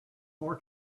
more